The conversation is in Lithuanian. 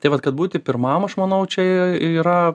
tai vat kad būti pirmam aš manau čia yra